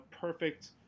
perfect